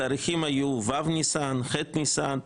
התאריכים היו ו' ניסן, ח' ניסן,